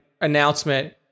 announcement